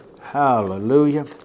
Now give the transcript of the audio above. Hallelujah